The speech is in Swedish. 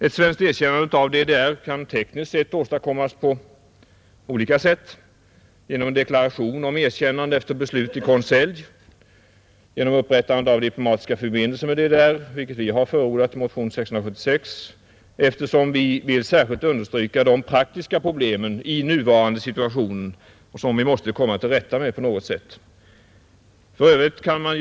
Ett svenskt erkännande av DDR kan tekniskt sett åstadkommas på olika sätt: 1. Genom en deklaration om erkännande efter beslut i konselj. 2. Genom upprättande av diplomatiska förbindelser med DDR =— vilket vi har förordat i motionen 676, eftersom vi vill särskilt understryka de praktiska problemen i nuvarande situation, som vi måste komma till rätta med på något vis. 3.